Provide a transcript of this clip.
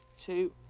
two